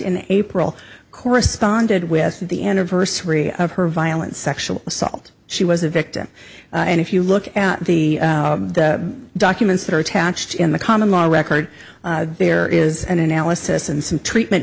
in april corresponded with the anniversary of her violent sexual assault she was a victim and if you look at the documents that are attached in the common law record there is an analysis and some treatment